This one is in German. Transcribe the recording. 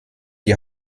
die